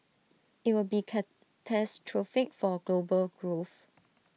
IT would be catastrophic for global growth